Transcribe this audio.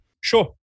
Sure